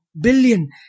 billion